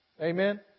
Amen